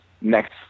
next